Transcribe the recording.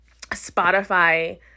Spotify